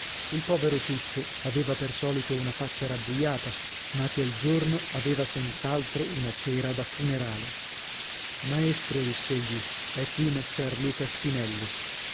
il povero tuccio aveva per solito una faccia rabbuiata ma quel giorno aveva senz'altro una cera da funerale maestro diss'egli è qui messer luca spinelli